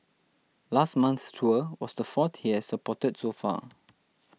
last month's tour was the fourth he has supported so far